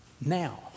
now